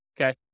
Okay